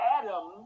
Adam